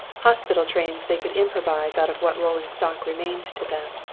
hospital trains they could improvise out of what rolling stock remained to them.